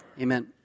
Amen